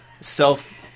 Self